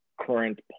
current